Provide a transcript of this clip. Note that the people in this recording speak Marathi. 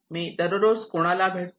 मी दररोज कोणाला भेटतो